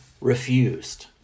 refused